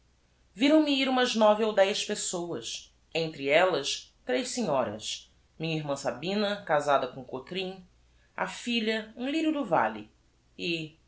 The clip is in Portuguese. viram me ir umas nove ou dez pessoas entre ellas tres senhoras minha irmã sabina casada com o cotrim a filha um lyrio do valle e